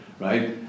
right